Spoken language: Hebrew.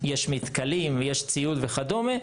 יש מתכלים ויש ציוד וכדומה.